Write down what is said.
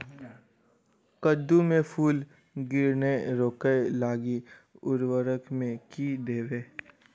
कद्दू मे फूल गिरनाय रोकय लागि उर्वरक मे की देबै?